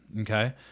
Okay